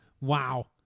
Wow